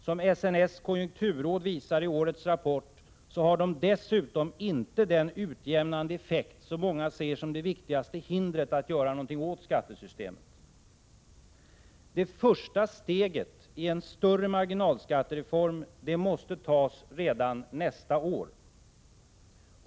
Som SNS konjunkturråd visar i årets rapport har de dessutom inte den utjämnande effekt som många ser som det viktigaste hindret att göra någonting åt skattesystemet. Det första steget i en större marginalskattereform måste tas redan nästa år.